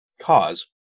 cause